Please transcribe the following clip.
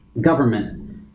government